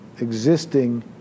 existing